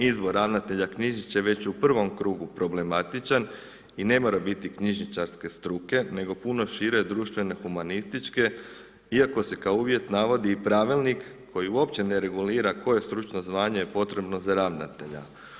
Izbor ravnatelja knjižnice je već u prvom krugu problematičan i ne mora biti knjižničarske struke, nego puno šire, društvene, humanističke, iako se kao uvjet navodi i pravilnik, koji uopće ne regulira, koje je stručno zvanje potrebno za ravnatelja.